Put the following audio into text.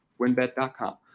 winbet.com